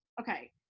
okay